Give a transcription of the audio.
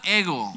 ego